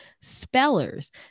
spellers